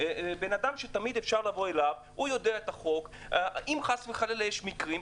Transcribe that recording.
בן אדם שיודע את החוק ואפשר לפנות אליו בנושא זה.